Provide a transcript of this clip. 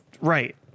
Right